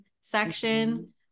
section